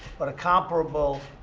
but a comparable,